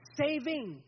saving